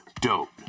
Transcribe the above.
Dope